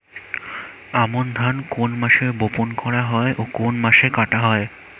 আমন ধান কোন মাসে বপন করা হয় ও কোন মাসে কাটা হয়?